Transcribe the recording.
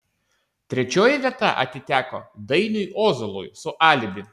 trečioji vieta atiteko dainiui ozolui su alibi